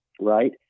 right